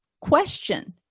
question